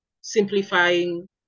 simplifying